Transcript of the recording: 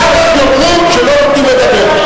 אחר כך אומרים שלא נותנים לדבר.